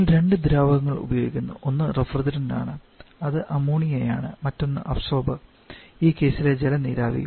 ഞങ്ങൾ രണ്ട് ദ്രാവകങ്ങൾ ഉപയോഗിക്കുന്നു ഒന്ന് റഫ്രിജറന്റാണ് അത് അമോണിയയാണ് മറ്റൊന്ന് അബ്സോർബർ ഈ കേസിൽ ജല നീരാവി